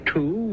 Two